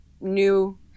new